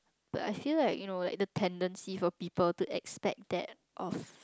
but I feel like you know like the tendency for people to expect that of